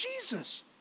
Jesus